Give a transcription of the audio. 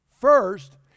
First